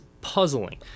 puzzling